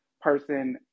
person